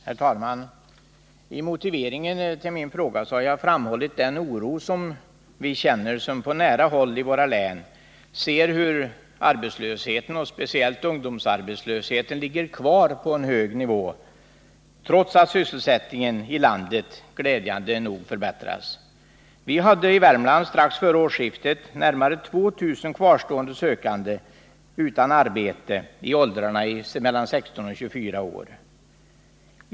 Herr talman! I motiveringen till min fråga har jag framhållit den oro som vi känner som på nära håll i våra län ser hur arbetslösheten och speciellt ungdomsarbetslösheten ligger kvar på en hög nivå, trots att sysselsättningen i landet glädjande nog förbättras. Vi hade i Värmland strax före årsskiftet närmare 2000 kvarstående sökande utan arbete i åldrarna 16-24 år.